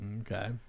Okay